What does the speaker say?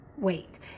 wait